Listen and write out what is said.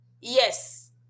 yes